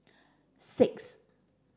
six